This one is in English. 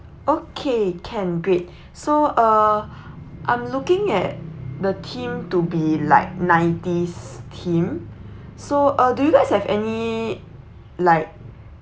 okay can great so uh I'm looking at the theme to be like nineties theme so uh do you guys have any like